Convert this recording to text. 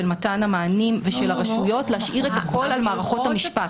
של מתן המענים ושל הרשויות להשאיר את הכול על מערכות המשפט.